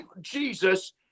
Jesus